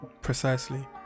Precisely